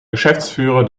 geschäftsführer